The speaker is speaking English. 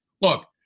look